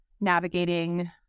navigating